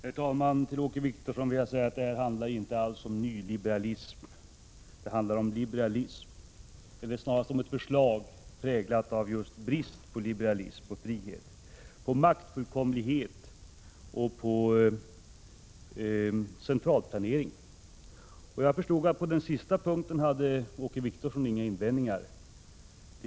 Herr talman! Till Åke Wictorsson vill jag säga att det här inte alls handlar om nyliberalism utan om liberalism, eller snarare om ett förslag präglat av brist på just liberalism och frihet. Förslaget präglas också av maktfullkomlighet och av centralplanering. På den sista punkten hade tydligen inte Åke Wictorsson några invändningar.